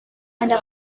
anda